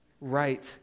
right